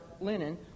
linen